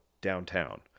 downtown